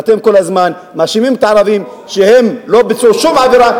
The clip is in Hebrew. ואתם כל הזמן מאשימים את הערבים כשהם לא ביצעו שום עבירה,